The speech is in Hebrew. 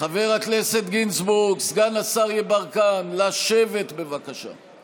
חבר הכנסת גינזבורג, סגן השר יברקן, לשבת, בבקשה.